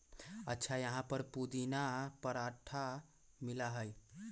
अच्छा यहाँ पर पुदीना पराठा मिला हई?